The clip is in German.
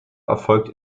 erfolgt